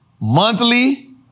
monthly